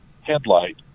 headlight